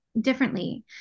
differently